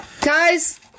Guys